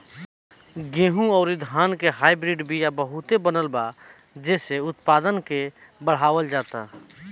गेंहू अउरी धान के हाईब्रिड बिया बहुते बनल बा जेइसे उत्पादन के बढ़ावल जाता